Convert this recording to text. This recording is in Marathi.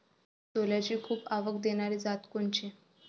सोल्याची खूप आवक देनारी जात कोनची?